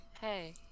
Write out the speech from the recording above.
hey